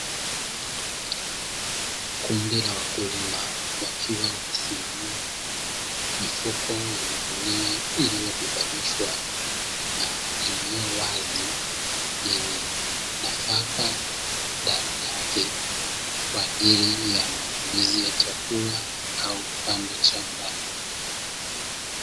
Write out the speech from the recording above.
Kundi la wakulima wakiwa wamesimama, mifuko ya magunia iliyobebanishwa na iliyo wazi yenye nafaka ndani yake, kwa ajili ya chakula au kupandwa shambani.